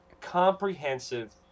comprehensive